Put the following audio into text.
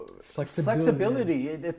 flexibility